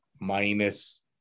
minus